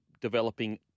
developing